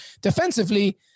defensively